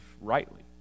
rightly